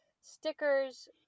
stickers